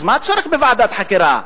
אז מה הצורך בוועדת חקירה?